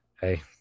Hey